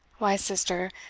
why, sister,